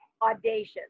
audacious